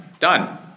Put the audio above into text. done